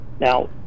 Now